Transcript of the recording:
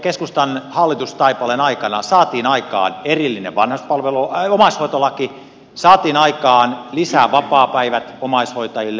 keskustan hallitustaipaleen aikana saatiin aikaan erillinen omaishoitolaki saatiin aikaan lisävapaapäivät omaishoitajille